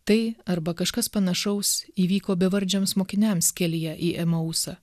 tai arba kažkas panašaus įvyko bevardžiams mokiniams kelyje į emausą